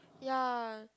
ya